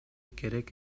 керек